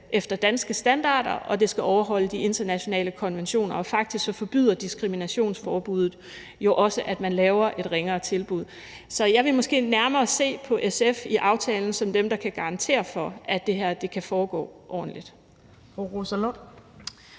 efter danske standarder, og det skal overholde de internationale konventioner, og faktisk betyder diskriminationsforbuddet jo også, at man laver et ringere tilbud. Så jeg ville måske nærmere se på SF i aftalen som dem, der kan garantere for, at det her kan foregå ordentligt.